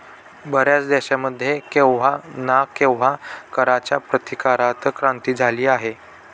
बर्याच देशांमध्ये केव्हा ना केव्हा कराच्या प्रतिकारात क्रांती झाली आहे